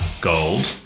gold